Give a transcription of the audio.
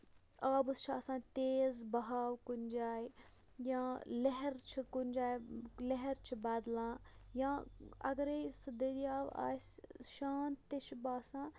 آبَس چھُ آسان تیز بَہاو کُنہِ جایہِ یا لہر چھِ کُنہِ جایہِ لہر چھِ بَدلان یا اَگرے سُہ دٔریاو آسہِ شانٛت تہِ چھُ باسان